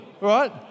right